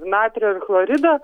natrio ir chlorido